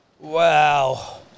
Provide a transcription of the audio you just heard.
Wow